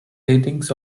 ratings